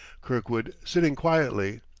kirkwood sitting quietly,